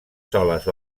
soles